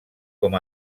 com